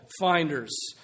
finders